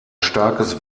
starkes